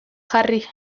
jarri